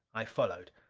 i followed.